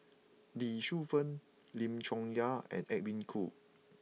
Lee Shu Fen Lim Chong Yah and Edwin Koo